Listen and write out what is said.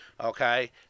okay